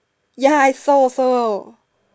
ya I saw also